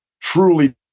truly